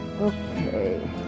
Okay